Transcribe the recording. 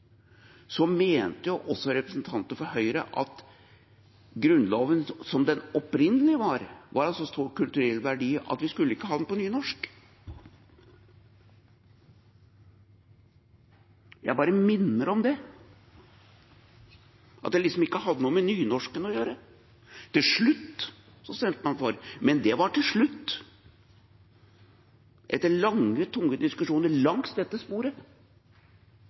mente jo også representanter for Høyre at Grunnloven, slik den opprinnelig var, var av så stor kulturell verdi at vi ikke skulle ha den på nynorsk. Jeg bare minner om det – at det liksom ikke hadde noe med nynorsken å gjøre. Til slutt stemte man for, men det var til slutt, etter lange, tunge diskusjoner langs dette sporet: